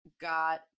got